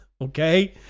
Okay